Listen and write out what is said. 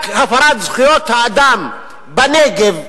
רק הפרת זכויות האדם בנגב,